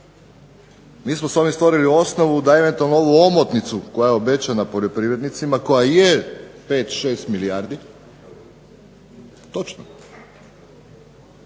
Mi smo s ovim stvorili osnovu da eventualno ovu omotnicu koja je obećana poljoprivrednicima koja je 5, 6 milijardi, točno,